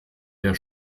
der